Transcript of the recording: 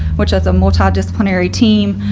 which has a multidisciplinary team